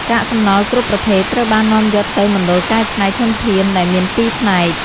កាកសំណល់គ្រប់ប្រភេទត្រូវបាននាំយកទៅមណ្ឌលកែច្នៃធនធាន ដែលមាន២ផ្នែក ។